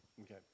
Okay